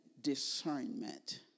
discernment